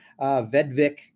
Vedvik